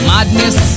Madness